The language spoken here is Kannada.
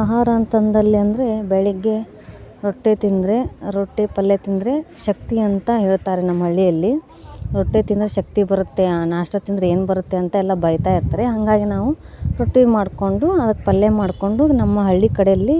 ಆಹಾರ ಅಂತಂದಲ್ಲಿ ಅಂದರೆ ಬೆಳಗ್ಗೆ ರೊಟ್ಟಿ ತಿಂದರೆ ರೊಟ್ಟಿ ಪಲ್ಯ ತಿಂದರೆ ಶಕ್ತಿ ಅಂತ ಹೇಳ್ತಾರೆ ನಮ್ಮ ಹಳ್ಳಿಯಲ್ಲಿ ರೊಟ್ಟಿ ತಿಂದರೆ ಶಕ್ತಿ ಬರುತ್ತೆ ಆ ನಾಷ್ಟ ತಿಂದರೆ ಏನು ಬರುತ್ತೆ ಅಂತ ಎಲ್ಲ ಬೈತಾಯಿರ್ತಾರೆ ಹಾಗಾಗಿ ನಾವು ರೊಟ್ಟಿ ಮಾಡಿಕೊಂಡು ಅದಕ್ಕೆ ಪಲ್ಯ ಮಾಡಿಕೊಂಡು ನಮ್ಮ ಹಳ್ಳಿ ಕಡೆಯಲ್ಲಿ